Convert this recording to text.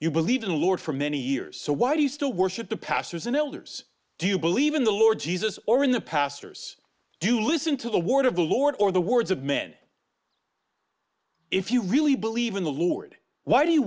you believe in the lord for many years so why do you still worship the pastors and elders do you believe in the lord jesus or in the pastors do you listen to the ward of the lord or the words of men if you really believe in the lord why do you